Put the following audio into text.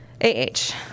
A-H